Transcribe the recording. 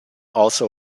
also